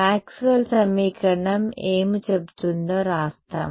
Maxwell సమీకరణం ఏమి చెబుతుందో వ్రాస్తాం